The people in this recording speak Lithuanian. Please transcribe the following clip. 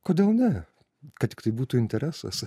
kodėl ne kad tik tai būtų interesas